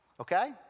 okay